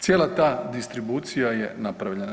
Cijela ta distribucija je napravljena.